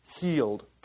healed